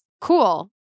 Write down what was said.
Cool